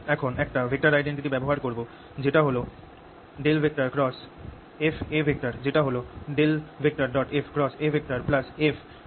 এখন একটা vector identity ব্যবহার করব যেটা হল × যেটা হল f×A fA